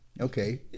okay